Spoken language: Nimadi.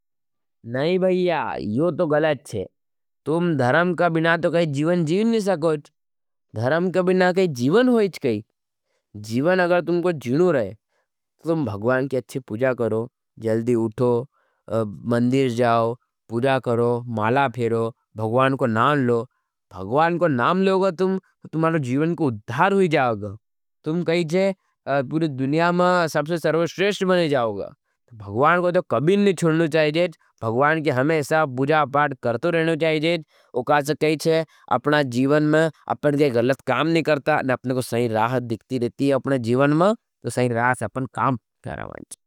नहीं भाईया, यो तो गलच्छे। तुम धरम का बिना तो काई जीवन जीवन नि सकोईच्छ। धरम का बिना काई जीवन होईच्छ काई। जीवन अगर तुमको जीवनू रहे, तुम भगवान के अच्छी पूजा करो। जल्दी उठो, मंदीर जाओ, पूजा करो, माला फेरो, भगवान को नाम लो। भगवान को नाम लोग तुम, तुमारे जीवन को उद्धार होई जाओगा। तुम कही जे तुरी दुनिया में सबसे सर्वश्रेश्ट बने जाओगा। भगवान को तो कभी नहीं छोड़ना चाहिएजेज। भगवान के हमें इससा पूजा अपार्ट करतो रहना चाहिएजेज। उकास कही जे अपना जीवन में, अपन के गलत काम नहीं करता। और अ अपने जीवन में, तो संगीतार से अपने काम नहीं करा वाज़ेंज।